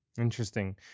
Interesting